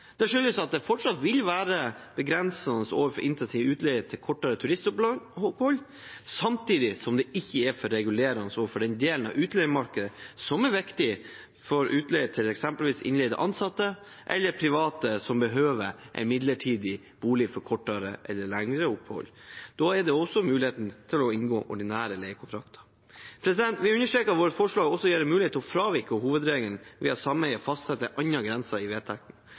Det skyldes at det fortsatt vil være begrensende overfor intensiv utleie til kortere turistopphold, samtidig som det ikke er for regulerende for den delen av utleiemarkedet som er viktig for utleie til eksempelvis innleide ansatte eller private som behøver en midlertidig bolig for kortere eller lengre opphold. Da er det også mulighet for å inngå ordinære leiekontrakter. Vi understreket i vårt forslag også å gi mulighet for å fravike hovedregelen ved at sameiet fastsetter andre grenser i vedtektene.